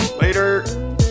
Later